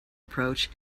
approach